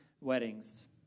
weddings